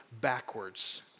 backwards